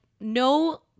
no